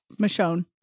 Michonne